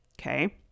Okay